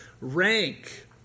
rank